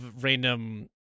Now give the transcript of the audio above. random